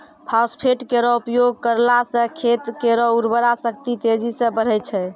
phosphate केरो उपयोग करला सें खेत केरो उर्वरा शक्ति तेजी सें बढ़ै छै